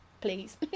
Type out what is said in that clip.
please